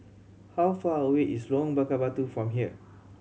how far away is Lorong Bakar Batu from here